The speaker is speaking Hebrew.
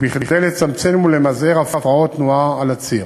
כדי לצמצם ולמזער הפרעות תנועה על הציר,